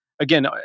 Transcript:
again